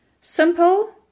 Simple